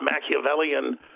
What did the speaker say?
Machiavellian